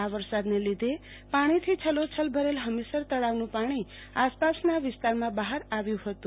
આ વરસાદને લીધે પાણીથી છલોછલ ભરેલ ફમીસર તળાવનું પાણી આસપાસના વિસ્તારમાં બહાર આવ્યો હતું